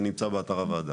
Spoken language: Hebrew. זה נמצא באתר הוועדה.